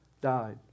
died